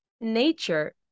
nature